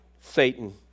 Satan